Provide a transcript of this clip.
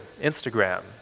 Instagram